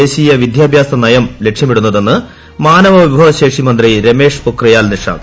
ദേശീയ വിദ്യാഭ്യാസ നയം ലക്ഷ്യമിടുന്നതെന്ന് മാനവ വിഭവശേഷി മന്ത്രി രമേഷ് പൊഖ്രിയാൽ നിഷാങ്ക്